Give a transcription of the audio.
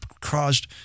caused